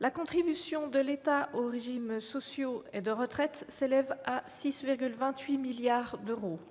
la contribution de l'État aux régimes sociaux et de retraite s'élève à 6,28 milliards d'euros.